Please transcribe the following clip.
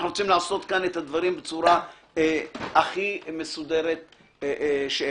אנחנו רוצים לעשות את הדברים בצורה הכי מסודרת שאפשר.